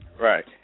Right